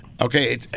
Okay